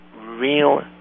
real